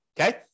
Okay